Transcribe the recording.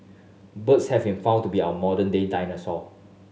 birds have been found to be our modern day dinosaur